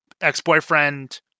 ex-boyfriend